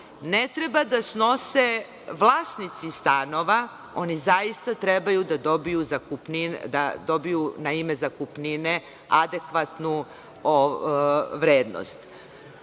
ne treba da snose vlasnici stanova, oni zaista treba da dobiju na ime zakupnine adekvatnu vrednost. Kako